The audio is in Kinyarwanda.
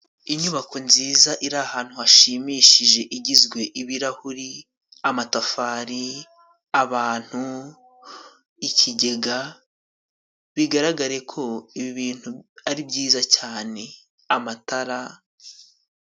Inyubako nziza iri ahantu hashimishije igizwe ibirahuri amatafari, abantu, ikigega, bigaragare ko ibi bintu ari byiza cyane. Amatara...